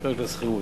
השכירות.